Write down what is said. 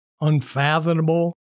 unfathomable